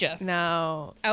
No